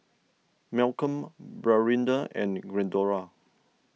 Malcolm Brianda and Glendora